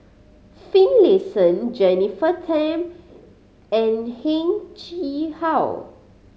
Finlayson Jennifer Tham and Heng Chee How